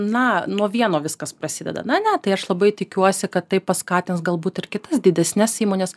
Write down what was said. na nuo vieno viskas prasideda na ne tai aš labai tikiuosi kad tai paskatins galbūt ir kitas didesnes įmones